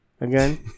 again